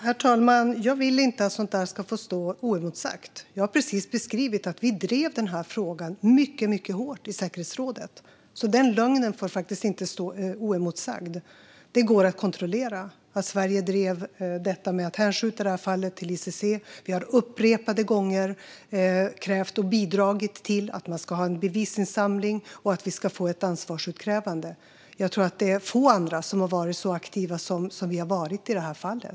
Herr talman! Jag vill inte att sådant ska få stå oemotsagt. Jag har precis beskrivit att vi drev den här frågan mycket hårt i säkerhetsrådet. Denna lögn får därför inte stå oemotsagd. Det går att kontrollera att Sverige drev frågan att hänskjuta detta fall till ICC. Vi har upprepade gånger krävt och bidragit till att man ska ha en bevisinsamling och att vi ska få ett ansvarsutkrävande. Jag tror att få andra har varit så aktiva som vi har varit i detta fall.